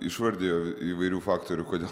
išvardijo įvairių faktorių kodėl